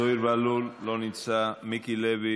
זוהיר בהלול, לא נמצא, מיקי לוי,